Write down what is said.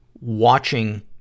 watching